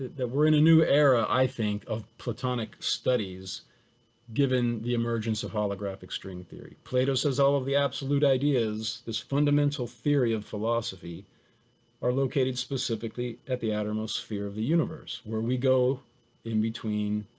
that we're in a new era i think of platonic studies given the emergence of holographic string theory. plato says all of the absolute ideas, this fundamental theory of philosophy are located specifically at the outermost sphere of the universe where we go in between